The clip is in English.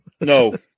No